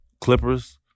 Clippers